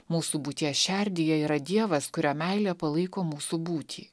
mūsų būties šerdyje yra dievas kurio meilė palaiko mūsų būtį